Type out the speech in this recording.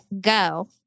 go